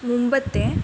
മുമ്പത്തെ